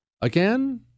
Again